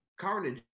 carnage